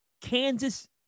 Kansas